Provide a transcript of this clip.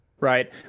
Right